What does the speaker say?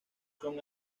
son